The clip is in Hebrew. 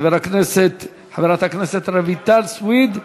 חברת הכנסת רויטל סויד,